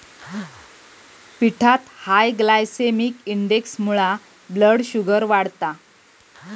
पिठात high glycemic इंडेक्समुळा blood sugar वाढता